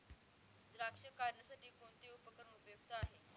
द्राक्ष काढणीसाठी कोणते उपकरण उपयुक्त आहे?